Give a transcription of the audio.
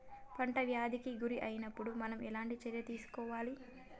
పంట వ్యాధి కి గురి అయినపుడు మనం ఎలాంటి చర్య తీసుకోవాలి?